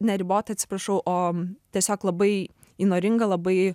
ne ribota atsiprašau o tiesiog labai įnoringa labai